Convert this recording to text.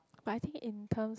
but I think in terms of